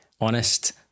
honest